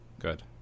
Good